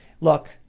look